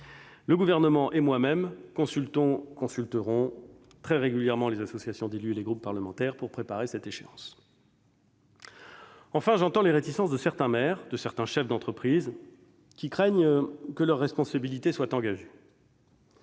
Le Gouvernement et moi-même consultons très régulièrement les associations d'élus et les groupes parlementaires, et nous continuerons à le faire, pour préparer cette échéance. Enfin, j'entends les réticences de certains maires et de certains chefs d'entreprise, qui craignent que leur responsabilité ne soit engagée.